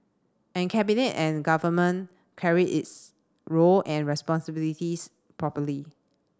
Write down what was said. and cabinet and government carried its role and responsibilities properly